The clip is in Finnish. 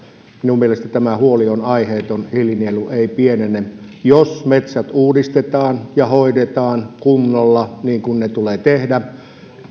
minun mielestäni tämä huoli on aiheeton hiilinielu ei pienene jos metsät uudistetaan ja hoidetaan kunnolla niin kuin se tulee tehdä